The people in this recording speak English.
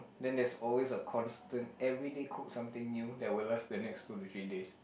then that's always a constant everyday cook something new that will last the two to three days